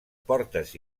portes